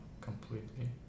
completely